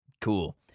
Cool